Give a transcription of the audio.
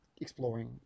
exploring